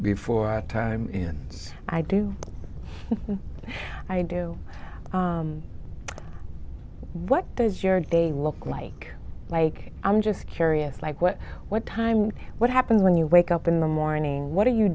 before a time when i do i do what does your day look like like i'm just curious like what what time what happens when you wake up in the morning what are you